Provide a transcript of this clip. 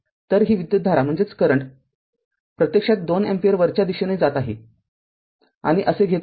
तर ही विद्युतधारा प्रत्यक्षात २ अँपिअर वरच्या दिशेने जात आहे आणि असे घेत आहेत